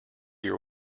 your